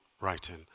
writing